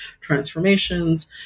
transformations